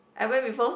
I went before